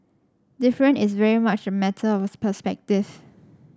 different is very much a matter of perspective